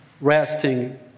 resting